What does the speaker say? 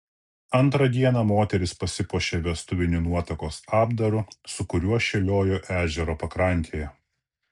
antrą dieną moteris pasipuošė vestuviniu nuotakos apdaru su kuriuo šėliojo ežero pakrantėje